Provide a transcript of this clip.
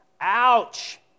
Ouch